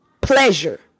pleasure